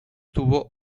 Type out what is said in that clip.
tuvo